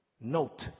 Note